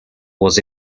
was